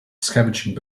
scavenging